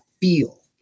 feel